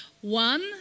One